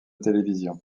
télévision